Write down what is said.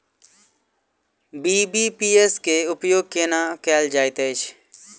BBPS केँ उपयोग केना कएल जाइत अछि?